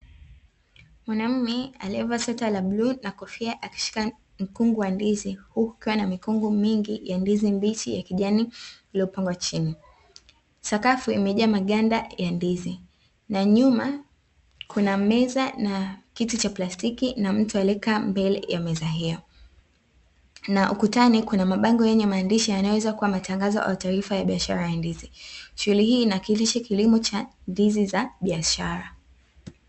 Mwanaume aliyevaa sweta la blue na kofia akishika mkungu wa ndizi huku akiwa na mikungu mingi ya ndizi mbichi ya kijani iliyofungwa chini. Sakafu imejaa maganda ya ndizi na nyuma Kuna meza na kitu cha plastiki na mtu aliyekaa mbele ya meza hiyo na uukutani Kuna mabango yenye maandishi yanayoweza kuwa matangazo au taarifa ya biashara ya ndizi. Shughuli hi inawakilisha kilimo cha ndizi za biashara.